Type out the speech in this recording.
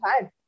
time